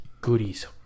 goodies